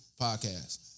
podcast